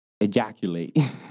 ejaculate